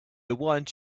want